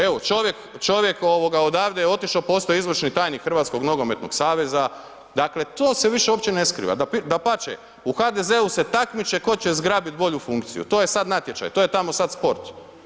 Evo čovjek odavde je otišao, postao je izvršni tajnik Hrvatskog nogometnog saveza, dakle to se više uopće ne skriva, dapače u HDZ-u se takmiče tko će zgrabiti bolju funkciju, to je sad natječaj, to je tamo sad sport.